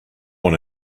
one